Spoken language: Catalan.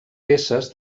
peces